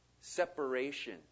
separation